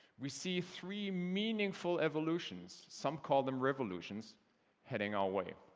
we see three meaningful evolutions some call them revolutions heading our way.